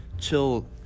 chill